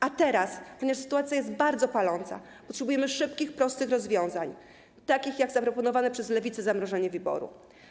A teraz, ponieważ sytuacja jest bardzo paląca, potrzebujemy szybkich, prostych rozwiązań, takich jak zaproponowane przez Lewicę zamrożenie WIBOR-u.